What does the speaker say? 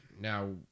now